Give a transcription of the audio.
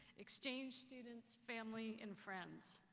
exchange students, families and friends.